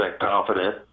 confident